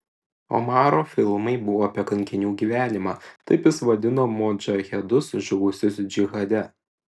omaro filmai buvo apie kankinių gyvenimą taip jis vadino modžahedus žuvusius džihade